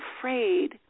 afraid